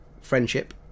friendship